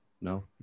no